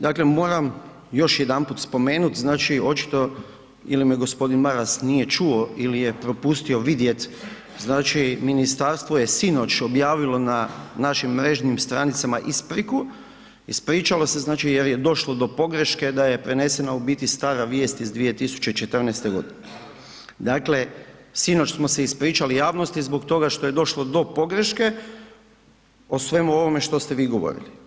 Dakle, moram još jedanput spomenut, znači očito ili me g. Maras nije čuo ili je propustio vidjet, znači ministarstvo je sinoć objavilo na našim mrežnim stranicama ispriku, ispričalo se znači jer je došlo do pogreške da je prenesena u biti stara vijest iz 2014.g., dakle sinoć smo se ispričali javnosti zbog toga što je došlo do pogreške o svemu ovome što ste vi govorili.